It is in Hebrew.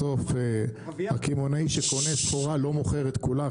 בסוף הקמעונאי שקונה סחורה לא מוכר את כולה,